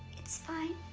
it's fine.